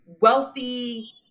wealthy